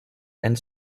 and